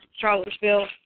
Charlottesville